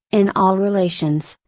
in all relations,